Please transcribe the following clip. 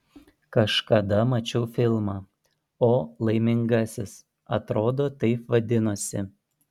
kažkada mačiau filmą o laimingasis atrodo taip vadinosi